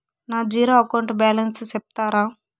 నా zero account balance సెప్తారా?